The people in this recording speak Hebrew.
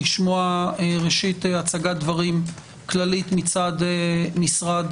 לשמוע ראשית הצגת דברים כללית מצד משרד